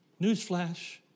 Newsflash